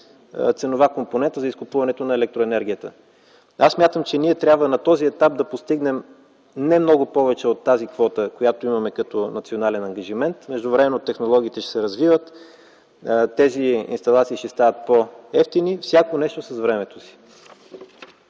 ценова компонента за изкупуването на електроенергията. Смятам, че на този етап трябва да постигнем не много повече от тази квота, която имаме като национален ангажимент. Междувременно технологиите ще се развиват, тези инсталации ще стават по-евтини, всяко нещо – с времето си.